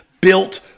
built